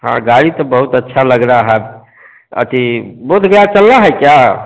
हाँ गाड़ी तो बहुत अच्छा लग रहा है अथी बोद्धगया चलना है क्या